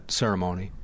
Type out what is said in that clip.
ceremony